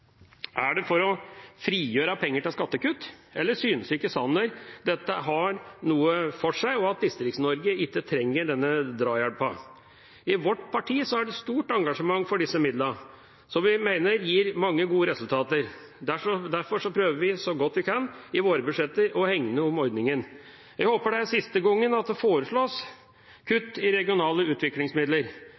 Er det for å frigjøre penger til skattekutt? Eller synes ikke Sanner at dette har noe for seg, og at Distrikts-Norge ikke trenger denne drahjelpen? I vårt parti er det et stort engasjement for disse midlene, som vi mener gir mange gode resultater. Derfor prøver vi så godt vi kan i våre budsjetter å hegne om ordningen. Jeg håper det er siste gangen det foreslås kutt i regionale utviklingsmidler.